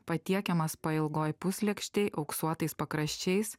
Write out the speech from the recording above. patiekiamas pailgoj puslėkštėj auksuotais pakraščiais